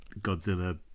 Godzilla